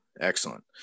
Excellent